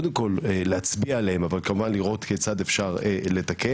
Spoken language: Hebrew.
קודם כל להצביע עליהם אבל כמובן לראות כיצד אפשר לתקן.